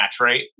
right